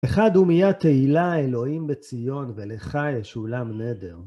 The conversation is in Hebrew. אחד הומיה תהילה, אלוהים בציון, ולך יש עולם נדר.